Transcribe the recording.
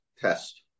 test